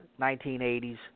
1980s